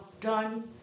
done